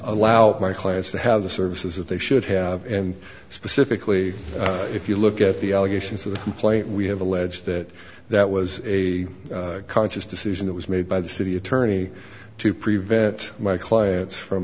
allow my clients to have the services that they should have and specifically if you look at the allegations of the complaint we have alleged that that was a conscious decision that was made by the city attorney to prevent my clients from